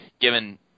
given